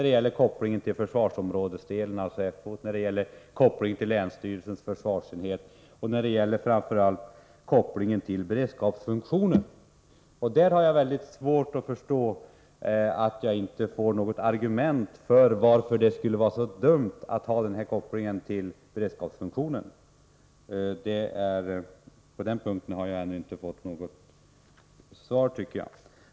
Det gäller såväl kopplingen till försvarsområdet, Fo:t, och länsstyrelsens försvarsenhet som, framför allt, kopplingen till beredskapsfunktionen. Jag har väldigt svårt att förstå varför jag inte får höra något argument för att det skulle vara så dumt att ha denna koppling till beredskapsfunktionen. På den punkten har jag ännu inte fått något svar.